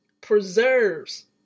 preserves